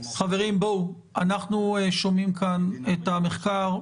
אנחנו שומעים כאן את המחקר.